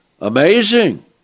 amazing